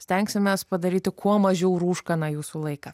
stengsimės padaryti kuo mažiau rūškaną jūsų laiką